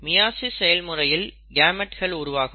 meiosis செயல்முறையில் கேமெட்கள் உருவாகும்